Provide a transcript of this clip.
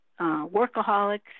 workaholics